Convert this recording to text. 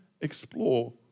explore